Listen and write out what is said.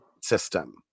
system